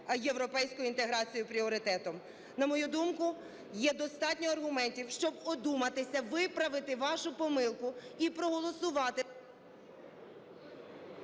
європейську інтеграцію пріоритетом. На мою думку, є достатньо аргументів, щоб одуматися, виправити вашу помилку і проголосувати…